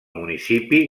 municipi